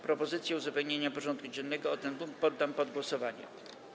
Propozycję uzupełnienia porządku dziennego o ten punkt poddam pod głosowanie.